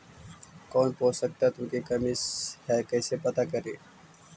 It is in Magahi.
कौन पोषक तत्ब के कमी है कैसे पता करि?